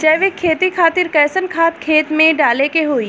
जैविक खेती खातिर कैसन खाद खेत मे डाले के होई?